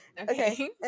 Okay